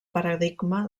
paradigma